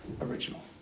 original